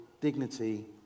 dignity